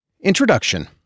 Introduction